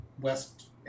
west